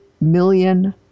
million